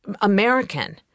American